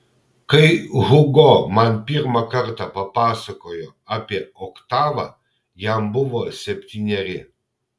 kai hugo man pirmą kartą papasakojo apie oktavą jam buvo septyneri